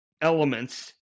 elements